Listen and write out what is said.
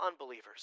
unbelievers